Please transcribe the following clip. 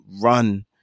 run